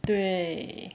对